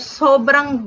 sobrang